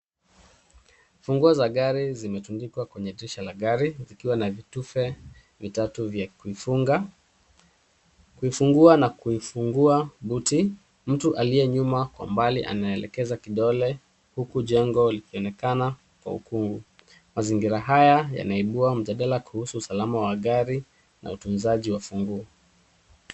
Funguo za gari zimetundikwa kwenye dirisha la gari zikiwa na vitufe vitatu vya kuifunga, kuifungua na kuifungua buti. Mtu aliye nyuma kwa mbali anaelekeza kidole huku jengo likionekana kwa ukuu. Mazingira haya yanaibua mjadala kuhusu usalama wa gari na utunzaji wa funguo.